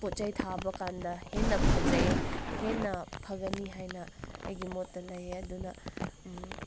ꯄꯣꯠ ꯆꯩ ꯊꯥꯕ ꯀꯥꯟꯗ ꯍꯦꯟꯅ ꯐꯖꯩ ꯍꯦꯟꯅ ꯐꯒꯅꯤ ꯍꯥꯏꯅ ꯑꯩꯒꯤ ꯃꯣꯠꯇ ꯂꯩ ꯑꯗꯨꯅ